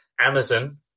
Amazon